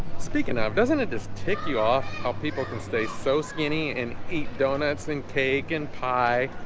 speaking up doesn't it just tick you off how people can stay so skinny and eat doughnuts and cake and pie